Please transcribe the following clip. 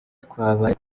twabaye